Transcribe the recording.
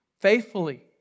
faithfully